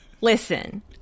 Listen